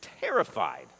terrified